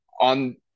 on